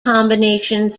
combination